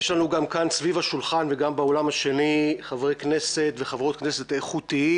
יש לנו כאן סביב השולחן וגם באולם השני חברי כנסת וחברות כנסת איכותיים